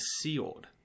sealed